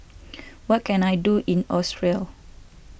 what can I do in Austria